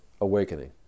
awakening